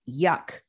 yuck